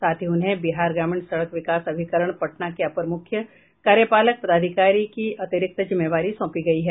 साथ ही उन्हें बिहार ग्रामीण सड़क विकास अभिकरण पटना के अपर मुख्य कार्यपालक पदाधिकारी की अतिरिक्त जिम्मेवारी सौंपी गई है